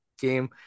game